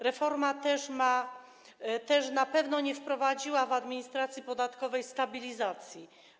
Reforma też na pewno nie wprowadziła w administracji podatkowej stabilizacji.